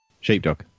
Sheepdog